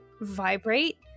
vibrate